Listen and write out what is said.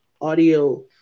audio